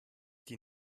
die